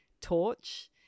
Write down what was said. torch